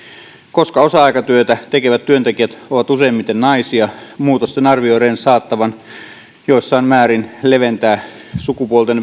koska osa aikatyötä tekevät työntekijät ovat useimmiten naisia muutosten arvioidaan saattavan jossain määrin leventää sukupuolten